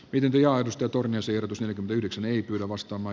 pidempi arvosteltu myös erotus eli yhdeksän ei kyllä vastaava